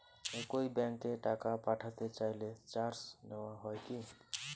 একই ব্যাংকে টাকা পাঠাতে চাইলে চার্জ নেওয়া হয় কি?